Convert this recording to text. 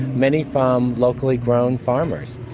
many from locally grown farmers.